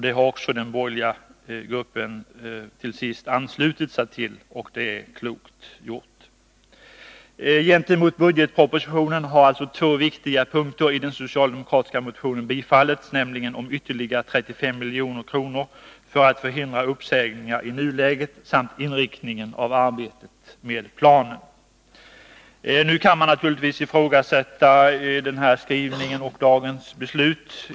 Det har också den borgerliga gruppen till sist anslutit sig till, och det är klokt gjort. Gentemot budgetpropositionen har två viktiga punkter i den socialdemokratiska motionen tillstyrkts, nämligen om ytterligare 35 milj.kr. för att förhindra uppsägningar i nuläget samt beträffande inriktningen av arbetet Nu kan man naturligtvis ifrågasätta denna skrivning och dagens beslut.